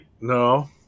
No